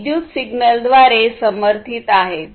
हे विद्युत सिग्नलद्वारे समर्थित आहेत